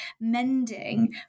mending